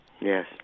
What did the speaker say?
Yes